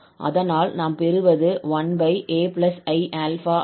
அதனால் நாம் பெறுவது 1ai∝ ஆகும்